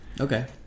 Okay